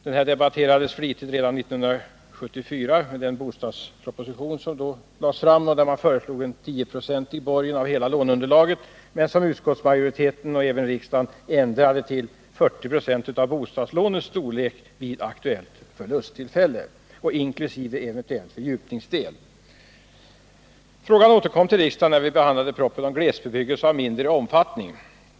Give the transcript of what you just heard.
Förslaget debatterades flitigt redan 1974 i samband med den bostadsproposition som då lades fram och där man föreslog en 10-procentig borgen på hela låneunderlaget men som utskottsmajoriteten och även riksdagen ändrade till 40 26 av bostadslånets storlek vid det aktuella förlusttillfället inkl. eventuell fördjupningsdel. Frågan återkom till riksdagen när vi behandlade propositionen om glesbebyggelse av mindre omfattning.